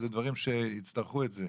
זה דברים שיצטרכו את זה.